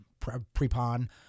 prepon